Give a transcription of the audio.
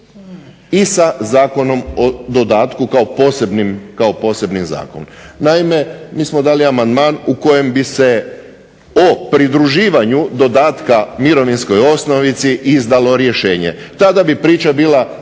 i sa Zakonom o dodatku kao posebnim zakonom. Naime, mi smo dali amandman u kojem bi se o pridruživanju dodatka mirovinskoj osnovici izdalo rješenje. Tada bi priča bila